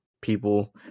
people